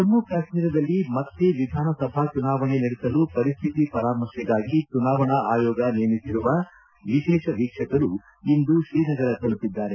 ಜಮ್ಮು ಕಾಶ್ಮೀರದಲ್ಲಿ ಮತ್ತೆ ವಿಧಾನಸಭಾ ಚುನವಣೆ ನಡೆಸಲು ಪರಿಸ್ಥಿತಿ ಪರಾಮರ್ಶೆಗಾಗಿ ಚುನಾವಣಾ ಆಯೋಗ ನೇಮಿಸಿರುವ ವಿಶೇಷ ವೀಕ್ಷಕರು ಇಂದು ಶ್ರೀನಗರ ತಲುಪಿದ್ದಾರೆ